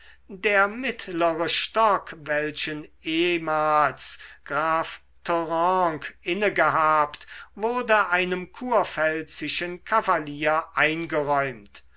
der mittlere stock welchen ehmals graf thoranc inne gehabt wurde einem kurpfälzischen kavalier eingeräumt